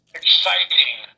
exciting